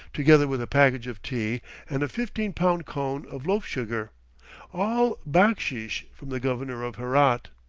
together with a package of tea and a fifteen-pound cone of loaf-sugar all backsheesh from the governor of herat.